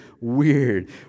weird